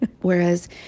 whereas